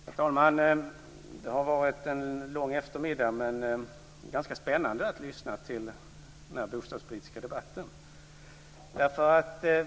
Herr talman! Det har varit en lång eftermiddag och ganska spännande att lyssna till den här bostadspolitiska debatten.